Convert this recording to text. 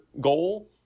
goal